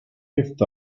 fifth